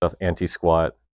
anti-squat